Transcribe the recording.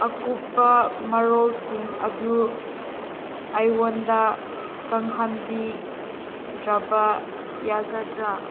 ꯑꯀꯨꯞꯄ ꯃꯔꯣꯜꯁꯤꯡ ꯑꯗꯨ ꯑꯩꯉꯣꯟꯗ ꯈꯪꯍꯟꯕꯤꯗ꯭ꯔꯕ ꯌꯥꯒꯗ꯭ꯔꯥ